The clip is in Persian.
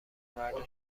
مردم